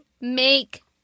make